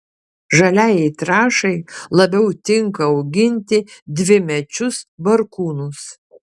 žaliajai trąšai labiau tinka auginti dvimečius barkūnus